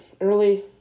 Early